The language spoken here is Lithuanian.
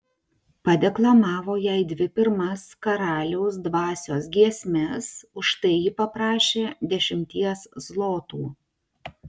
padeklamavo jai dvi pirmas karaliaus dvasios giesmes už tai ji paprašė dešimties zlotų